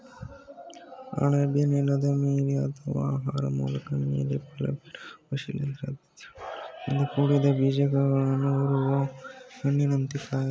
ಅಣಬೆ ನೆಲದ ಮೇಲೆ ಅಥವಾ ಆಹಾರ ಮೂಲದ ಮೇಲೆ ಫಲಬಿಡುವ ಶಿಲೀಂಧ್ರದ ತಿರುಳಿನಿಂದ ಕೂಡಿದ ಬೀಜಕಗಳನ್ನು ಹೊರುವ ಹಣ್ಣಿನಂಥ ಕಾಯ